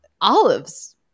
olives